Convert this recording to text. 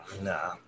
Nah